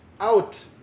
out